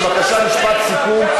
בבקשה, משפט סיכום.